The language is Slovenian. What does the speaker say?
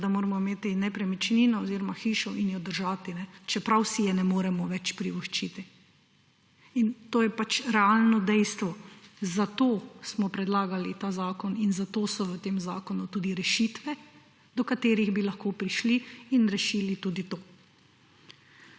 pa da moramo imeti nepremičnino oziroma hišo in jo držati, čeprav si je ne moremo več privoščiti. To je pač realno dejstvo. Zato smo predlagali ta zakon in zato so v tem zakonu tudi rešitve, do katerih bi lahko prišli in rešili tudi to.